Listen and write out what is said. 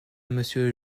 monsieur